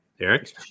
Eric